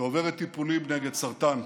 שעוברת טיפולים נגד סרטן,